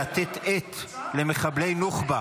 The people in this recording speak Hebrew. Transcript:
לתת עט למחבלי הנוח'בה.